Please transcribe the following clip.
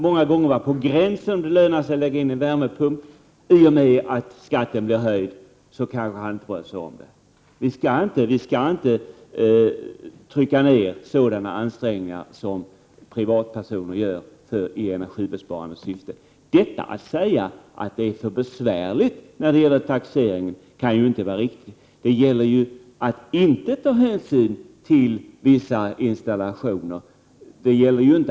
Många gånger kan det vara osäkert om det lönar sig att sätta in en ny värmepump. Om skatten höjs kanske vederbörande inte bryr sig om saken. Vi skall inte motarbeta sådana ansträngningar som privatpersoner gör i energibesparande syfte. Att säga att det är för besvärligt i taxeringshänseende kan ju inte vara riktigt. Det gäller ju att inte ta hänsyn till vissa installationer.